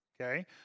Okay